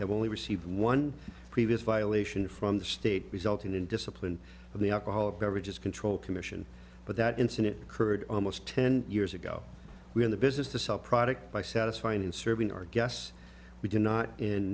have only received one previous violation from the state resulting in discipline of the alcoholic beverages control commission but that incident occurred almost ten years ago when the business to sell product by satisfy and in serving our guests we do not